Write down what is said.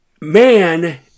Man